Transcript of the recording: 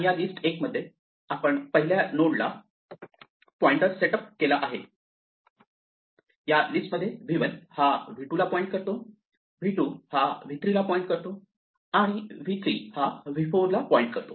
या लिस्ट 1 मध्ये आपण पहिल्या नोडला पॉइंटर सेट अप केला आहे या लिस्ट मध्ये v1 हा v2 ला पॉईंट करतो v2 हा v3 ला पॉईंट करतो आणि v3 हा v4 ला पॉईंट करतो